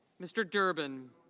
mr. durbin.